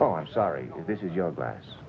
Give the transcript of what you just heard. oh i'm sorry this is your las